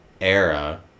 era